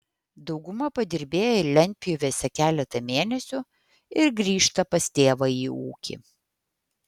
dauguma padirbėja lentpjūvėse keletą mėnesių ir grįžta pas tėvą į ūkį